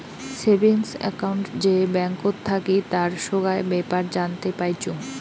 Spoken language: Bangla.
সেভিংস একউন্ট যে ব্যাঙ্কত থাকি তার সোগায় বেপার জানতে পাইচুঙ